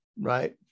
right